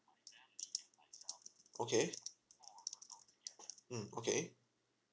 okay mm okay